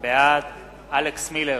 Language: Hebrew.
בעד אלכס מילר,